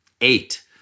eight